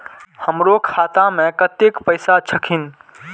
हमरो खाता में कतेक पैसा छकीन?